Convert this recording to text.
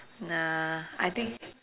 nah I think